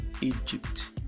Egypt